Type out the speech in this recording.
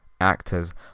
actors